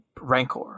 Rancor